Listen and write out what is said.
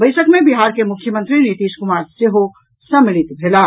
बैसक मे बिहार के मुख्यमंत्री नीतीश कुमार सेहो सम्मिलित भेलाह